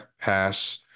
pass